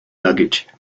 luggage